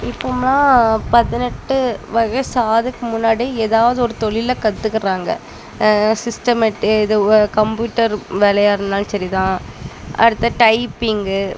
இப்போம்லாம் பதினெட்டு வயசு ஆகுறதுக்கு முன்னாடியே ஏதாவது ஒரு தொழில கத்துக்கிறாங்க சிஸ்ட்டமேட்டி இதுவும் கம்ப்யூட்டர் வேலையாக இருந்தாலும் சரி தான் அடுத்த டைப்பிங்கு